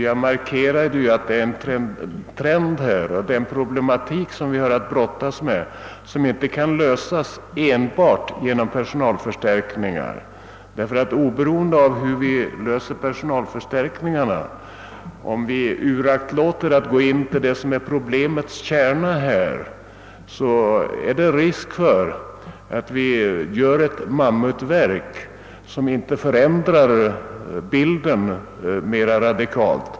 Jag markerade att vi här har en problematik att brottas med som inte kan lösas enbart med <personalförstärkningar. Om vi inte angriper problemets kärna utan endast försöker lösa personalproblemen, finns det risk för att vi skapar ett mammutverk, och det förbättrar inte förhållandena mera radikalt.